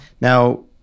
Now